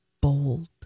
Bold